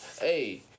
Hey